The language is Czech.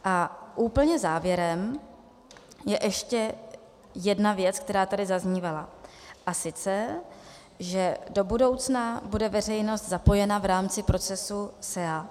A úplně závěrem je ještě jedna věc, která tady zaznívala, a sice že do budoucna bude veřejnost zapojena v rámci procesu SEA.